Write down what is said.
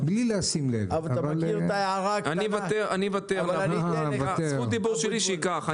אני מוותר, שייקח את זכות הדיבור שלי.